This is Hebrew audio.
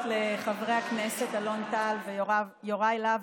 גדי יברקן, שאלה נוספת.